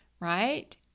Right